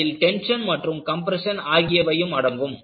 இதில் டென்ஷன் மற்றும் கம்பிரஷன் ஆகியவையும் அடங்கும்